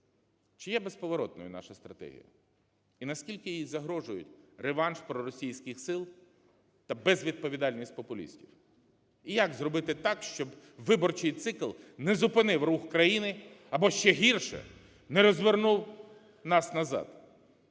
Чи є безповоротною наша стратегія, і наскільки їй загрожує реванш проросійських сил та безвідповідальність популістів? І як зробити так, щоб виборчий цикл не зупинив рух країни або ще гірше, не розвернув нас назад?